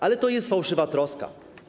Ale to jest fałszywa troska.